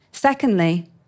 Secondly